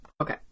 Okay